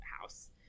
house